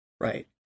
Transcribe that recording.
Right